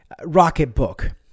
Rocketbook